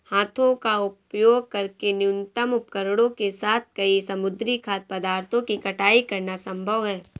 हाथों का उपयोग करके न्यूनतम उपकरणों के साथ कई समुद्री खाद्य पदार्थों की कटाई करना संभव है